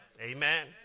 Amen